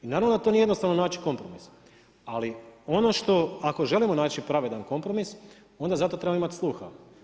I naravno da tu nije jednostavno naći kompromis, ali ono što ako želimo naći pravedan kompromis onda za to trebamo imati sluha.